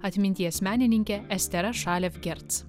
atminties menininke estera šalevgerc